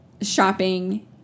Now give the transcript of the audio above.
shopping